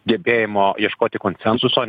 gebėjimo ieškoti konsensuso